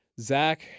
Zach